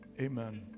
Amen